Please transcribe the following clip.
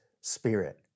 Spirit